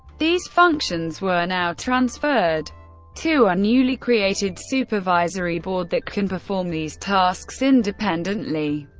these functions were now transferred to a newly created supervisory board that can perform these tasks independently.